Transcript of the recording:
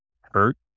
hurt